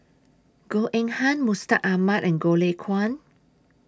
Goh Eng Han Mustaq Ahmad and Goh Lay Kuan